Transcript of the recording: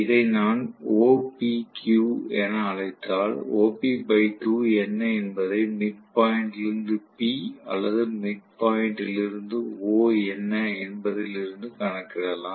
இதை நான் OPQ என அழைத்தால் OP 2 என்ன என்பதை மிட் பாயிண்டிலிருந்து P அல்லது மிட் பாயிண்டிலிருந்து O என்ன என்பதில் இருந்து கணக்கிடலாம்